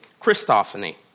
Christophany